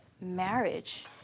marriage